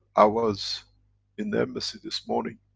i was in the embassy this morning,